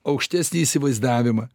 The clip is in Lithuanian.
aukštesnį įsivaizdavimą